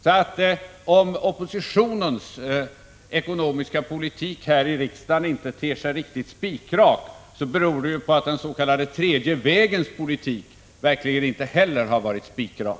Så om oppositionens kritik av den ekonomiska politiken här i riksdagen inte ter sig riktigt spikrak, beror det ju på att dens.k. tredje vägens politik verkligen inte heller har varit spikrak.